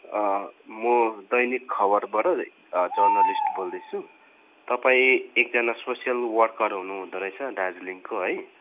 म दैनिक खबरबाट जर्नलिस्ट बोल्दैछु तपाईँ एकजना सोसल वर्कर हुनु हुँदोरहेछ दार्जिलिङको है